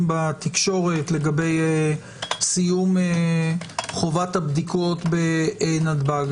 בתקשורת לגבי סיום חובת הבדיקות בנתב"ג.